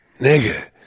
Nigga